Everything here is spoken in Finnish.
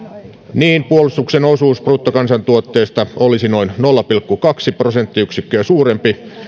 niin puolustuksen osuus bruttokansantuotteesta olisi noin nolla pilkku kaksi prosenttiyksikköä suurempi